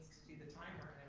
do the timer